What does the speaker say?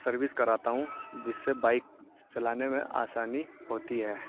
service کراتا ہوں جس سے بائک چلانے میں آسانی ہوتی ہے